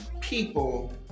people